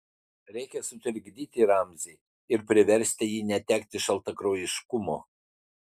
reikia sutrikdyti ramzį ir priversti jį netekti šaltakraujiškumo